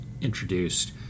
introduced –